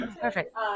Perfect